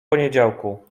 poniedziałku